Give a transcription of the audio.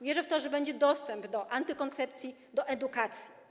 Wierzę w to, że będzie dostęp do antykoncepcji, do edukacji.